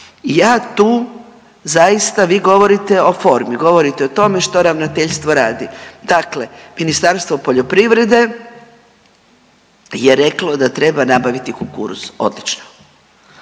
ja tu zaista, vi govorite o formi, govorite o tome što ravnateljstvo radi. Dakle, Ministarstvo poljoprivrede je reklo da treba nabaviti kukuruz, odlično